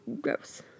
gross